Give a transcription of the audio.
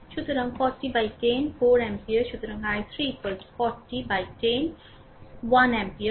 সুতরাং 40 বাই10 4 অ্যাম্পিয়ার সুতরাং i3 40 বাই10 1 অ্যাম্পিয়ার